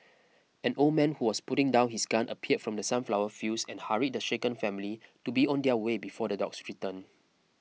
an old man who was putting down his gun appeared from the sunflower fields and hurried the shaken family to be on their way before the dogs return